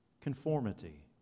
conformity